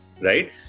right